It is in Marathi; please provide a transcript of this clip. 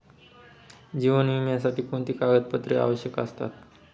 जीवन विम्यासाठी कोणती कागदपत्रे आवश्यक असतात?